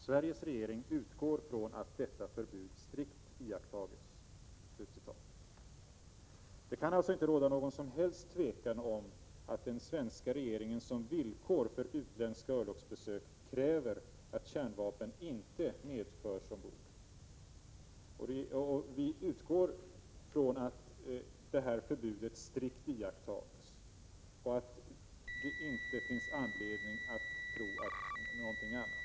Sveriges regering utgår från att detta förbud strikt iakttages.” Det kan alltså inte råda något som helst tvivel om att den svenska regeringen som villkor för utländska örlogsbesök kräver att kärnvapen inte medförs ombord. Vi utgår från att detta förbud strikt iakttages och att det inte finns anledning att tro någonting annat.